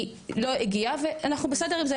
היא לא הגיעה, ואנחנו בסדר עם זה.